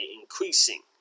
increasing